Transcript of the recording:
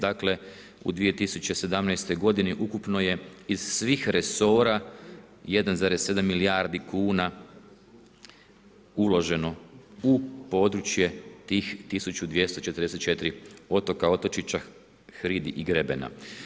Dakle u 2017. godini ukupno je iz svih resora 1,7 milijardi kuna uloženo u područje tih 1244 otoka, otočića, hridi i grebena.